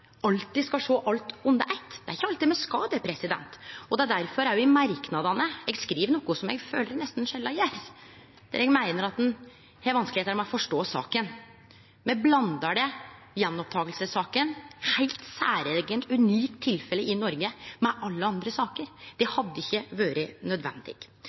alltid skal sjå alt under eitt? Det er ikkje alltid me skal det. Det er òg difor eg i merknadene skriv noko som eg føler eg nesten sjeldan gjer, der eg meiner at ein har vanskar med å forstå saka. Me blandar gjenopptakingssaka – eit heilt særeige, unikt tilfelle i Noreg – med alle andre saker. Det hadde ikkje vore nødvendig.